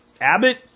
Abbott